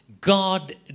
God